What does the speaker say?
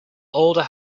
older